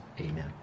amen